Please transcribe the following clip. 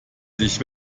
dich